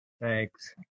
Thanks